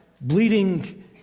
bleeding